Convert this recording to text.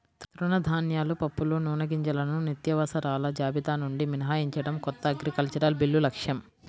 తృణధాన్యాలు, పప్పులు, నూనెగింజలను నిత్యావసరాల జాబితా నుండి మినహాయించడం కొత్త అగ్రికల్చరల్ బిల్లు లక్ష్యం